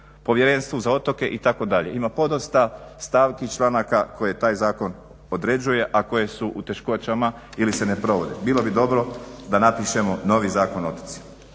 Povjerenstvo za otoke itd. Ima podosta stavki članaka koje taj zakon određuje, a koje su u teškoćama ili se ne provode. Bilo bi dobro da napišemo novi Zakon o